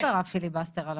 אשכרה פיליבסטר.